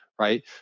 right